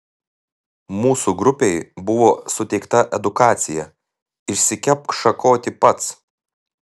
mūsų grupei buvo suteikta edukacija išsikepk šakotį pats